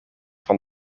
van